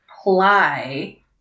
apply